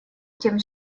тем